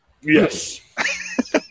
Yes